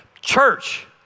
church